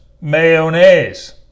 mayonnaise